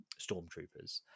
stormtroopers